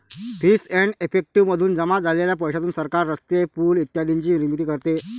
fees and effective मधून जमा झालेल्या पैशातून सरकार रस्ते, पूल इत्यादींची निर्मिती करते